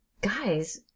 guys